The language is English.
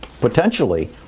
potentially